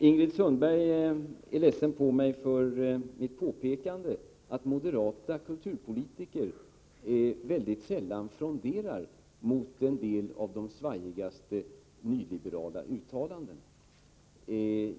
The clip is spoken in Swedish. Ingrid Sundberg är besviken på mig för mitt påpekande att moderata kulturpolitiker fronderar mot en del av de svajigaste nyliberala uttalandena.